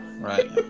Right